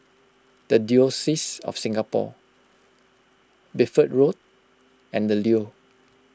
the Diocese of Singapore Bedford Road and the Leo